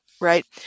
right